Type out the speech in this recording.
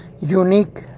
unique